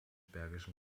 bergischen